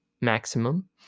maximum